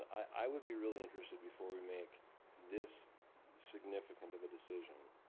i would be really interested before we make this significant of a decision